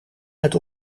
uit